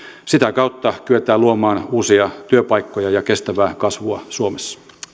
sitä kautta kyetään luomaan uusia työpaikkoja ja kestävää kasvua suomessa